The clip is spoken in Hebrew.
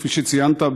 כפי שציינת,